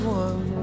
one